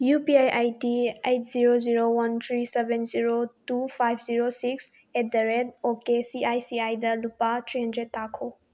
U P I I D eight zero zero one three seven zero two five zero six at the rate okay C I C ꯑꯥꯏꯗ ꯂꯨꯄꯥ three hundred ꯊꯥꯈꯣ